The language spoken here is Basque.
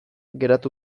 geratu